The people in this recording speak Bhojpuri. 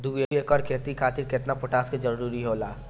दु एकड़ खेती खातिर केतना पोटाश के जरूरी होला?